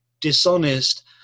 dishonest